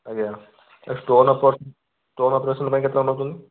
ଆଜ୍ଞା stone operation ପାଇଁ stone operation ପାଇଁ କେତେ ଟଙ୍କା ନେଉଛନ୍ତି